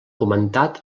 comentat